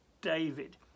David